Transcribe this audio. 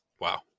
Wow